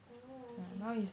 oh okay